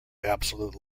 absolute